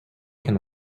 can